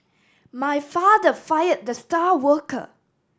my father fire the star worker